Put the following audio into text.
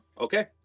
Okay